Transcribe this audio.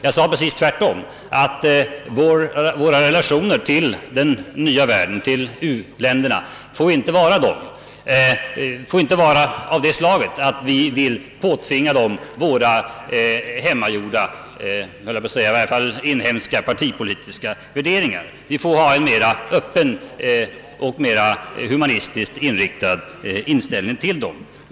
Jag sade precis tvärtom; våra relationer till den nya världen, till u-länderna, får inte innebära att vi vill påtvinga dem våra inhemska partipolitiska värderingar. Vi får ha en mera öppen och mera humanistiskt inriktad inställning till dem.